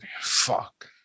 Fuck